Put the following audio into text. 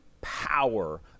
power